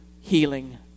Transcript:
healing